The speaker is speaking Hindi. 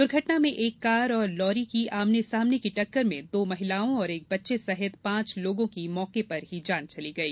दुर्घटना में एक कार और लॉरी की आमने सामने की टक्कर में दो महिलाओं और एक बच्चे सहित पांच लोगों की मौके पर ही जान चली गई